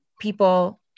people